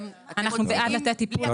אנחנו בעד לתת טיפול.